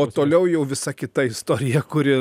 o toliau jau visa kita istorija kuri